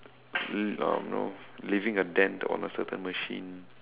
l~ uh you know leaving a dent on a certain machine